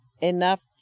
Enough